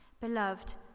Beloved